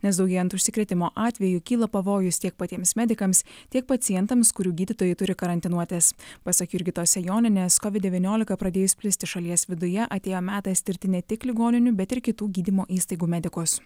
nes daugėjant užsikrėtimo atvejų kyla pavojus tiek patiems medikams tiek pacientams kurių gydytojai turi karantinuotas pasak jurgitos sejonienės kovid devyniolika pradėjus plisti šalies viduje atėjo metas tirti ne tik ligoninių bet ir kitų gydymo įstaigų medikus